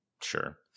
Sure